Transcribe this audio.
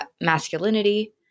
masculinity